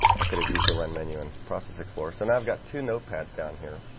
i could have used the run menu in process explorer. so now i've got two notepads down here